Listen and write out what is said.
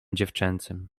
dziewczęcym